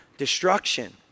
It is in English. destruction